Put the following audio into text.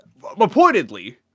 reportedly